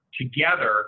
together